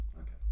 Okay